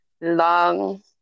long